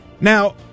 Now